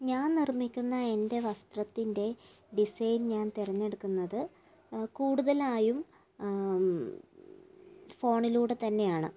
ഞാൻ നിർമ്മിക്കുന്ന എൻ്റെ വസ്ത്രത്തിൻ്റെ ഡിസൈൻ ഞാൻ തിരഞ്ഞെടുക്കുന്നത് കൂടുതലായും ഫോണിലൂടെ തന്നെയാണ്